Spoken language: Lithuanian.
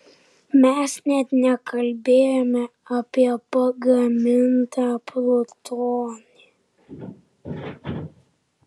mes net nekalbėjome apie pagamintą plutonį